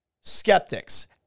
skeptics